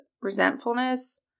resentfulness